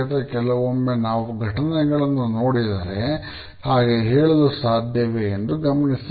ಕೆಲವೊಮ್ಮೆ ನಾವು ಘಟನೆಗಳನ್ನು ನೋಡಿದರೆ ಹಾಗೆ ಹೇಳಲು ಸಾಧ್ಯವೇ ಎಂದು ಗಮನಿಸಬೇಕು